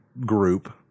group